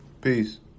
peace